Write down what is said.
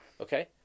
okay